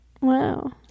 Wow